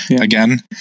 again